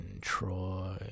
Troy